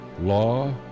law